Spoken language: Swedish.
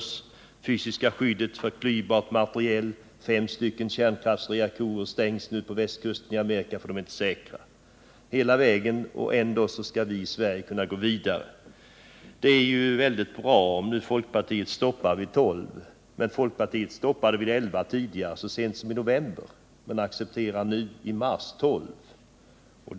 I fråga om det fysiska skyddet mot klyvbart material har vi fått veta att fem kärnkraftverk på den amerikanska västkusten måste stängas därför att de inte är säkra. Vi får rapport efter rapport av det slaget, men ändå skall vi här i Sverige gå vidare. Det är bra om folkpartiet stoppar vid tolv aggregat. Folkpartiet stoppade vid elva så sent som i november 1978 men är nu i mars berett att acceptera tolv.